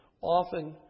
often